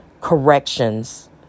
corrections